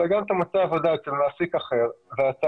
אלא גם אם אתה מוצא עבודה אצל מעסיק אחר ואתה